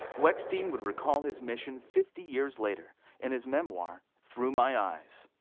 weckstein would recall his mission fifty years later in his memoir, through my eyes.